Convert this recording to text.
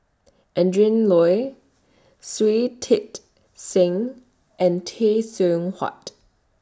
Adrin Loi Shui Tit Sing and Tay Seow Huah